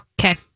Okay